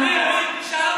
נכון